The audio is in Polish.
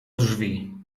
drzwi